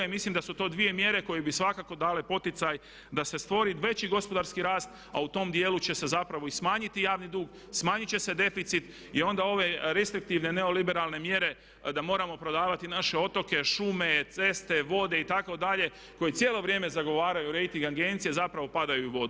I mislim da su to dvije mjere koje bi svakako dale poticaj da se stvori veći gospodarski rast a u tom djelu će se zapravo i smanjiti javni dug, smanjit će se deficit i onda ove restriktivne neoliberalne mjere da moramo prodavati naše otoke, šume, ceste, vode itd. koje cijelo vrijeme zagovaraju rejting agencije zapravo padaju u vodu.